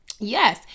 Yes